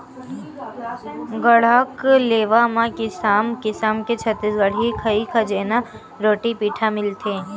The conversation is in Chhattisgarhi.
गढ़कलेवा म किसम किसम के छत्तीसगढ़ी खई खजेना, रोटी पिठा मिलथे